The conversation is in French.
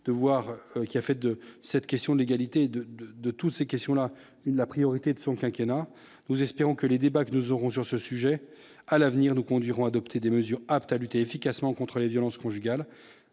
de voir qui a fait de cette question de l'égalité de, de, de toutes ces questions-là, la priorité de son quinquennat nous espérons que les débats que nous aurons sur ce sujet à l'avenir, nous conduirons adopter des mesures aptes à lutter efficacement contre les violences conjugales,